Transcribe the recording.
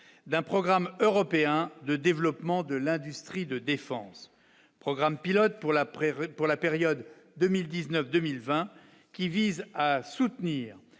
d'un programme européen de développement de l'industrie de défense programme pilote pour la prévenir pour la période 2019, 2020, qui vise à soutenir